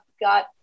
got